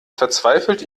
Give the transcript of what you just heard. verzweifelt